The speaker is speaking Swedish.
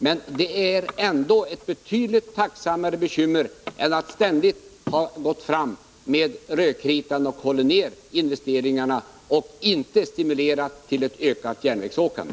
Men det är ändå ett betydligt lindrigare bekymmer än att veta sig ständigt ha gått fram med rödkritan, hållit investeringarna nere och inte stimulerat till ökat järnvägsåkande.